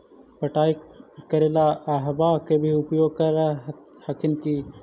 पटाय करे ला अहर्बा के भी उपयोग कर हखिन की?